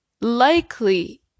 likely